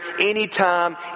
anytime